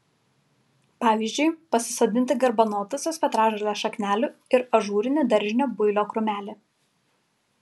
pavyzdžiui pasisodinti garbanotosios petražolės šaknelių ir ažūrinį daržinio builio krūmelį